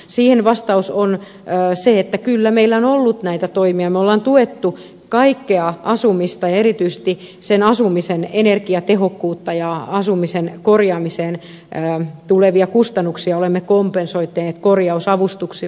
siihen vastaus on se että kyllä meillä on ollut näitä toimia me olemme tukeneet kaikkea asumista ja erityisesti sen asumisen energiatehokkuutta ja asumisen korjaamiseen tulevia kustannuksia olemme kompensoineet korjausavustuksilla